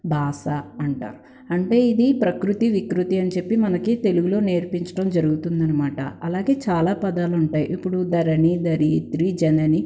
బాస అంటారు అంటే ఇది ప్రకృతి వికృతి అనిచెప్పి మనకి తెలుగులో నేర్పించటం జరుగుతుందనమాట అలాగే చాలా పదాలుంటాయి ఇప్పుడు ధరణి ధరియిత్రి జనని